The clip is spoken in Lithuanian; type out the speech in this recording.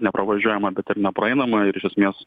nepravažiuojama bet ir nepraeinama ir iš esmės